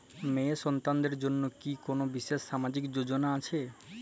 মেয়ে সন্তানদের জন্য কি কোন বিশেষ সামাজিক যোজনা আছে?